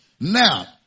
Now